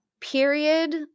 period